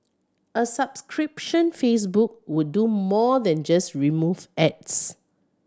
a subscription Facebook would do more than just remove ads